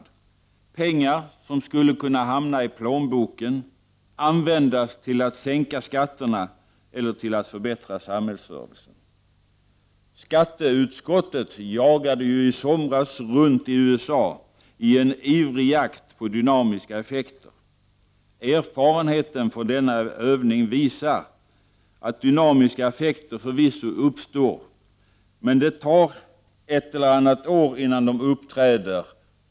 Det är pengar som skulle kunna hamna i plånboken, att användas till att sänka skatten eller till att förbättra samhällsservicen. Skatteutskottet for ju i somras runt i USA i en ivrig jakt på dynamiska effekter. Erfarenheterna av denna övning visar att dynamiska effekter förvisso uppstår men att det tar ett eller annat år innan de uppträder.